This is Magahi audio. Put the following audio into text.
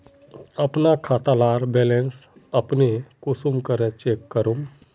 अपना खाता डार बैलेंस अपने कुंसम करे चेक करूम?